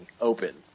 open